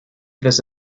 this